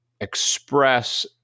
express